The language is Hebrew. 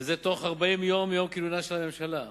וזה בתוך 40 יום מיום כינונה של הממשלה.